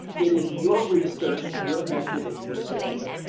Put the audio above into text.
it is your research, your method, and your system.